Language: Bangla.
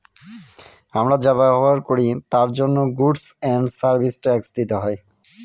আমরা যা ব্যবহার করি তার জন্য গুডস এন্ড সার্ভিস ট্যাক্স দিতে হয়